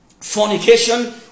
fornication